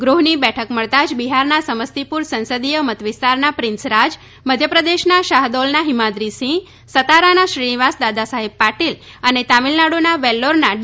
ગૃહની બેઠક મળતાં જ બિહારના સમસતીપુર સંસદીય મતવિસ્તારના પ્રિન્સરાજ મધ્યપ્રદેશના શાહૃદોલના હિમાક્રીસિંહ સાતારાના શ્રીનિવાસ દાદાસાહેબ પાટીલ અને તમિલનાડુના વેલ્લોરના ડી